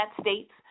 states